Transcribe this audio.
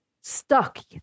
stuck